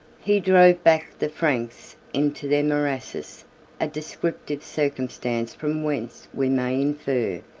he drove back the franks into their morasses a descriptive circumstance from whence we may infer,